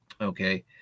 Okay